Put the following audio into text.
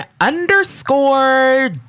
underscore